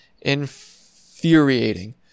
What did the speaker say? infuriating